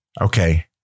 Okay